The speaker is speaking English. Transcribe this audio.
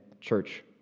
church